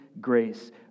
grace